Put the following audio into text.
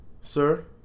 Sir